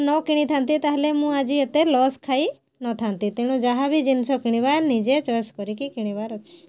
ନ କିଣି ଥାଆନ୍ତି ତା'ହେଲେ ମୁଁ ଆଜି ଏତେ ଲସ୍ ଖାଇ ନଥାନ୍ତି ତେଣୁ ଯାହା ବି ଜିନିଷ କିଣିବା ନିଜେ ଚଏସ୍ କରିକି କିଣିବାର ଅଛି